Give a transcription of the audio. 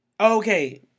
Okay